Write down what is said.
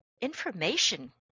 information